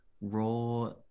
Raw